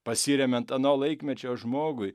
pasiremiant ano laikmečio žmogui